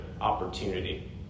opportunity